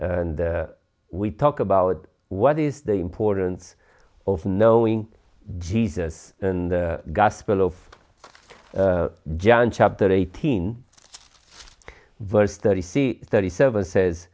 and we talk about what is the importance of knowing jesus and the gospel of john chapter eighteen verse thirty c thirty seven says